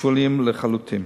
שוליים לחלוטין.